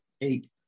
eight